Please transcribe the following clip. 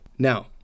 Now